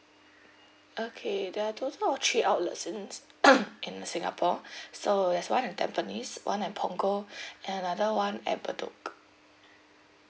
okay there are total of three outlets in in singapore so there's one in tampines one at punggol another one at bedok